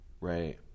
Right